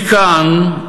אני כאן,